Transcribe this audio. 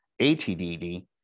ATDD